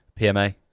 PMA